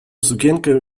sukienkę